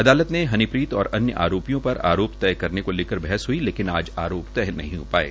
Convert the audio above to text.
अदालत ने हनीप्रीत और अन्य आरोपियों पर आरोप तय करने को लेकर बहस हुई लेकिन आज आरोप तय नहीं हो पाये